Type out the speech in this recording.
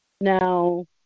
Now